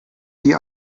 die